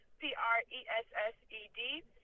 p-r-e-s-s-e-d